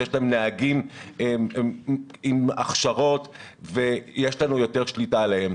שיש להם נהגים עם הכשרות ויש לנו יותר שליטה עליהם.